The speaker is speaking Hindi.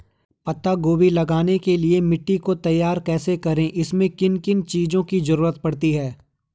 पत्ता गोभी लगाने के लिए मिट्टी को तैयार कैसे करें इसमें किन किन चीज़ों की जरूरत पड़ती है?